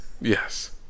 Yes